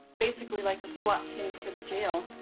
basically like a swat team for the jail.